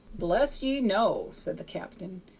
bless ye! no, said the captain.